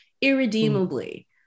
irredeemably